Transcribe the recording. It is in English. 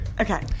Okay